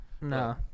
No